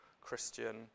Christian